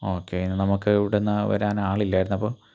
okay ഇനി നമുക്ക് ഇവിടെ നിന്ന് വരാൻ ആളില്ലായിരുന്നു അപ്പോൾ